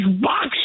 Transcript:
box